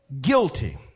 guilty